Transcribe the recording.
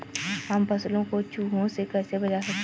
हम फसलों को चूहों से कैसे बचा सकते हैं?